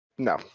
no